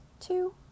two